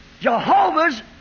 Jehovah's